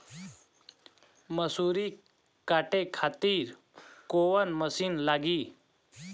मसूरी काटे खातिर कोवन मसिन लागी?